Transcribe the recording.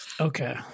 Okay